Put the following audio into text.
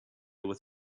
with